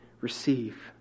receive